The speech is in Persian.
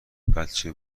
بچه